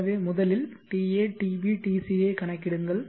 எனவே முதலில் ta tb tc ஐக் கணக்கிடுங்கள்